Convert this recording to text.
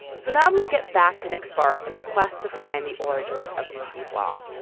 so now i'm going to get back to nick spark and his quest to find the origins of murphy's law.